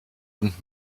und